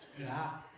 yeah,